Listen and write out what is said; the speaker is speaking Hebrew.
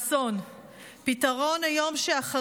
בואו נדון על היום שאחרי